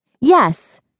Yes